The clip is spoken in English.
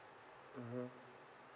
mmhmm